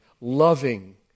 loving